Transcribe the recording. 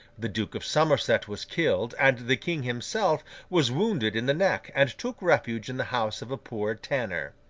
the duke of somerset was killed, and the king himself was wounded in the neck, and took refuge in the house of a poor tanner.